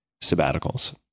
sabbaticals